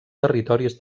territoris